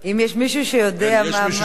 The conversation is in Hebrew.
אם יש מישהו שיודע מה,